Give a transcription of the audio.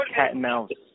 cat-and-mouse